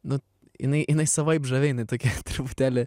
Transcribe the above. nu jinai jinai savaip žavi jinai tokia truputėlį